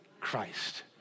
Christ